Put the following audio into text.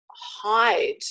hide